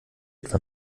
etwa